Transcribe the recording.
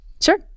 Sure